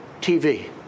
TV